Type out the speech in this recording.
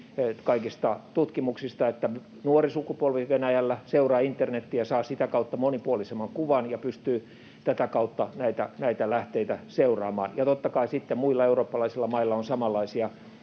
kaikista tutkimuksista, että nuori sukupolvi Venäjällä seuraa internetiä, saa sitä kautta monipuolisemman kuvan ja pystyy tätä kautta näitä lähteitä seuraamaan. Ja totta kai sitten muilla eurooppalaisilla mailla on samanlaisia